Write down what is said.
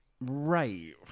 Right